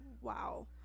Wow